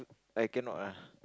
I cannot ah